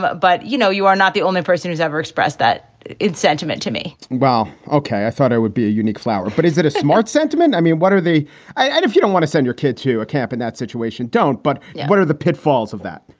but, but you know, you are not the only person who's ever expressed that sentiment to me wow. ok. i thought i would be a unique flower. but is it a smart sentiment? i mean, what are they and if you don't want to send your kid to a camp in that situation, don't. but yeah what are the pitfalls of that?